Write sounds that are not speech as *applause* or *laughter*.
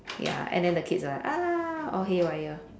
ya and then the kids will like *noise* all haywire